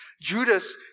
Judas